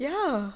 ya